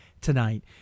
tonight